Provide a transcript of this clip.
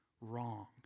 wrong